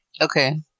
Okay